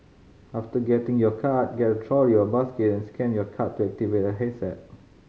after getting your card get a trolley or basket and scan your card to activate a handset